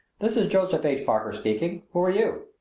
this is joseph h. parker speaking. who are you?